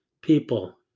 people